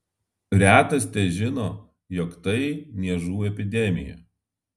retas težino jog tai niežų epidemija